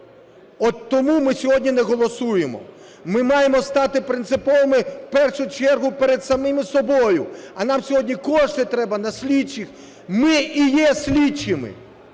От тому ми сьогодні не голосуємо. Ми маємо стати принциповими в першу чергу перед самими собою. А нам сьогодні кошти треба на слідчих... Ми і є слідчими.